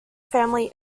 family